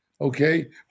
Okay